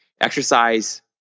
exercise